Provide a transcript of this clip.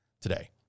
today